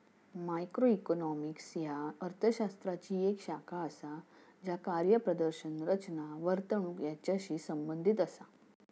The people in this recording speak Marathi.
मॅक्रोइकॉनॉमिक्स ह्या अर्थ शास्त्राची येक शाखा असा ज्या कार्यप्रदर्शन, रचना, वर्तणूक यांचाशी संबंधित असा